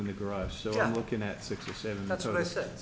in the garage so i'm looking at six or seven that's what i sa